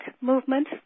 movement